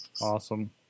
Awesome